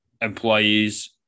employees